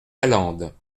lalande